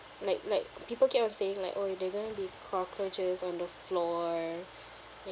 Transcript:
like like people keep on saying like oh there going to be cockroaches on the floor